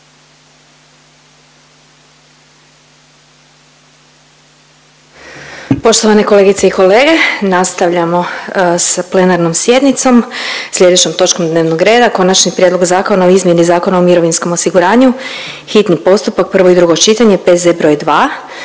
SATI Kolegice i kolege, nastavljamo sa plenarnom sjednicom, slijedećom točkom dnevnog reda: - Konačni prijedlog zakona o izmjeni Zakona o mirovinskom osiguranju, hitni postupak, prvo i drugo čitanje, P.Z. br. 2.